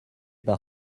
par